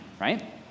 right